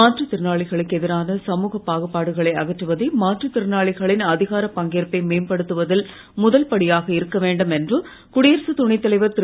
மாற்றுத் திறனாளிகளுக்கு எதிரான சமூகப் பாகுபாடுகளை மாற்றுத்திறனாகளின் அதிகாரப் அகற்றுவதே பங்கேற்பை மேம்படுத்துவதில் முதல் படியாக இருக்கவேண்டும் என்று குடியரசு துணைத்தலைவர் திரு